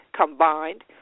combined